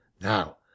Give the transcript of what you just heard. now